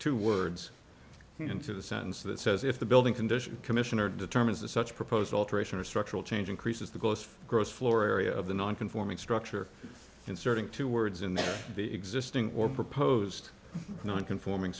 two words into the sentence that says if the building condition commissioner determines the such proposed alteration or structural change increases the ghost gross floor area of the non conforming structure inserting two words in the existing or proposed non conforming